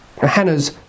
Hannah's